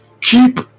keep